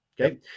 okay